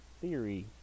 theory